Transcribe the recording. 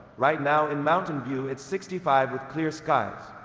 right now, in mountain view, it's sixty five with clear skies.